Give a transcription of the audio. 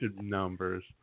numbers